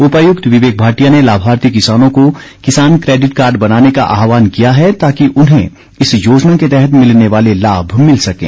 उपायुक्त विवेक भाटिया ने लाभार्थी किसानों को किसान क्रेडिट कार्ड बनाने का आहवान किया है ताकि उन्हें इस योजना के तहत मिलने वाले लाभ मिल सकें